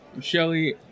Shelly